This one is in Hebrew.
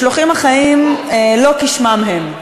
המשלוחים החיים, לא כשמם הם.